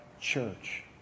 church